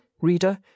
Reader